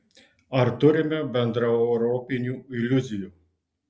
ar turime bendraeuropinių iliuzijų